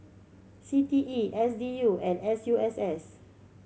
C T E S D U and S U S S